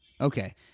okay